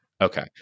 Okay